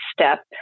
step